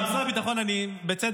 משרד הביטחון בצדק,